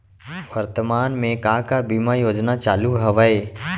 वर्तमान में का का बीमा योजना चालू हवये